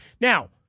Now